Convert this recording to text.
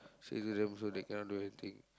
say to them also they cannot do anything